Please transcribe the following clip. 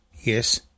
Yes